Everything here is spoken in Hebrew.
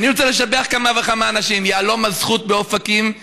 ואני רוצה לשבח כמה וכמה אנשים: יהלומה זכות מאופקים,